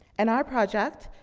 and our project,